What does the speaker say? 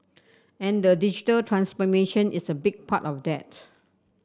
and the digital transformation is a big part of that